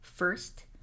First